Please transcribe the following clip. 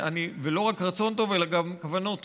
ולא רצון טוב אלא גם כוונות טובות.